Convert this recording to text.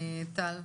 שאלה.